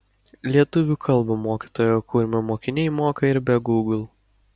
lietuvių kalbą mokytojo kurmio mokiniai moka ir be gūgl